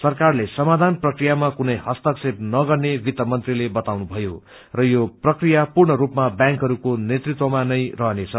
सरकारले समाधान प्रकियामा कुनै हस्तक्षेप नगर्ने वित्त मन्त्रीले बताउनुभयो र यो प्रकिया पूर्ण रूपमा व्यांकहरूको नेतृत्वमा नै गरिनेछ